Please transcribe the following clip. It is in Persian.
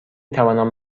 توانم